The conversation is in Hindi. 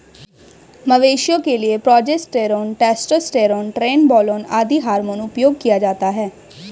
मवेशियों के लिए प्रोजेस्टेरोन, टेस्टोस्टेरोन, ट्रेनबोलोन आदि हार्मोन उपयोग किया जाता है